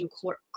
court